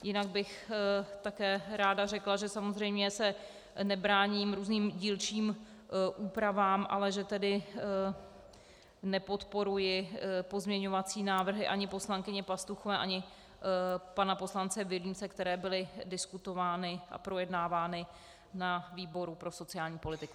Jinak bych také ráda řekla, že samozřejmě se nebráním různým dílčím úpravám, ale že nepodporuji pozměňovací návrhy ani poslankyně Pastuchové, ani pana poslance Vilímce, které byly diskutovány a projednávány na výboru pro sociální politiku.